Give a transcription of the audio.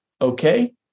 okay